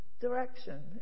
direction